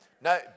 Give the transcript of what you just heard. no